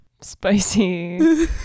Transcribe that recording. spicy